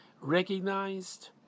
recognized